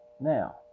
Now